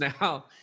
now